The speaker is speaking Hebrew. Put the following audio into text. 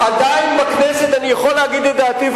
עדיין בכנסת אני יכול להגיד את דעתי,